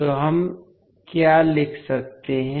तो हम क्या लिख सकते हैं